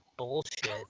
bullshit